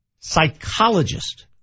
psychologist